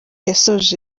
yasoje